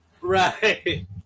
Right